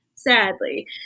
Sadly